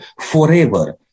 forever